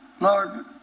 lord